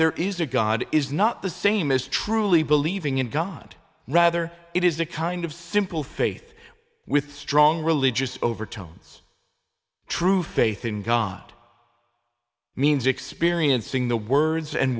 there is a god is not the same as truly believing in god rather it is a kind of simple faith with strong religious overtones true faith in god means experiencing the words and